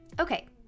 okay